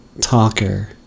talker